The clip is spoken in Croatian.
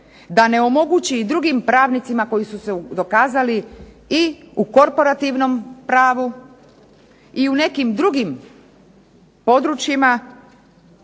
da ne omogući i drugim pravnicima koji su se dokazali i u korporativnom pravu i u nekim drugim područjima